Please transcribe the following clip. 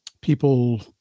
people